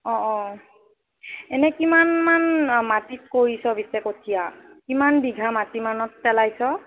অঁ অঁ এনেই কিমানমান মাটিত কৰিছ' পিছে কঠীয়া কিমান বিঘা মাটি মানত পেলাইছ'